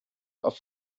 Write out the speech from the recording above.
auf